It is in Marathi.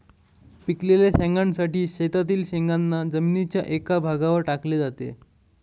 पिकलेल्या शेंगांसाठी शेतातील शेंगांना जमिनीच्या एका भागावर टाकले जाते